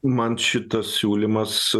man šitas siūlymas